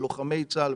בלוחמי צה"ל,